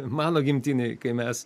mano gimtinėj kai mes